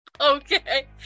Okay